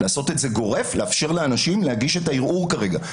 לעשות את זה גורף לאפשר לאנשים להגיש את הערעור כרגע.